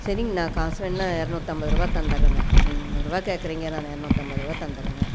சரிங்ண்ணா காசு வேணா இரநூத்தம்பதுருபா தந்துட்டுறங்க நீங்கள் முந்நூறுருபா கேட்குறீங்க நான் இரநூத்தம்பதுருபா தந்துட்டுறங்க